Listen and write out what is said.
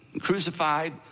crucified